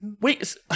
Wait